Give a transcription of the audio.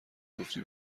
گفتی